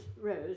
Rose